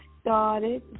started